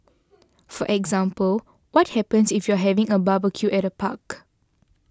for example what happens if you're having a barbecue at a park